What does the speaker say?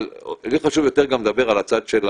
אבל לי חשוב יותר לדבר על הצד של